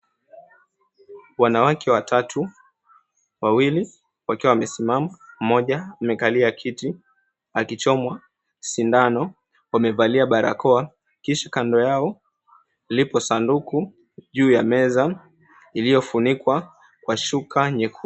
Wanawake watatu, wawili wakiwa wamesimama, mmoja amekalia kiti akichomwa sindano. Wamevalia barakoa, kisha kando yao lipo sanduku juu ya meza, iliyofunikwa kwa shuka nyekundu.